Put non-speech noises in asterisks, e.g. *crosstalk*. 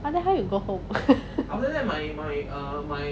after how you go home *laughs*